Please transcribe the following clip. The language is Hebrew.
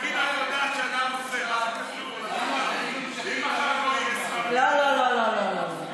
לא לא לא.